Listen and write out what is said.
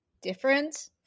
different